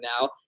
now